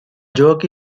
joke